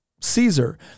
Caesar